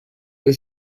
they